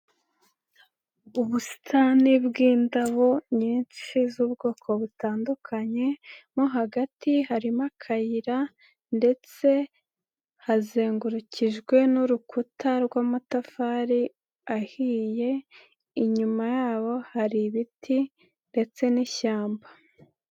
Ubusitani bw'indabo nyinshi z'ubwoko butandukanye, m o hagati harimo kayira ndetse hazengurukijwe n'urukuta rw'amatafari ahiye, inyuma yabo hari ibiti ndetse n'ishyamba.